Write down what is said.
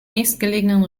nächstgelegenen